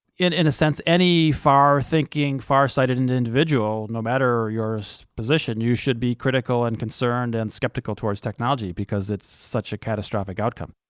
in in a sense, any far-thinking, far-sighted and individual, no matter your position, you should be critical and concerned and skeptical towards technology, because it's such a catastrophic outcome.